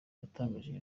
yatangarije